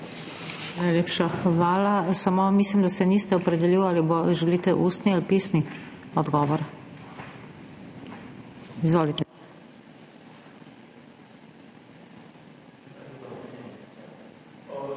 Najlepša hvala. Mislim, da se niste opredelili, ali želite ustni ali pisni odgovor. Izvolite.